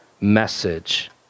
message